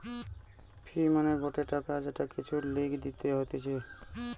ফি মানে গটে টাকা যেটা কিছুর লিগে দিতে হতিছে